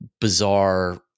bizarre